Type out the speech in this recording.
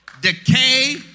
decay